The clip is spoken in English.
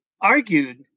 argued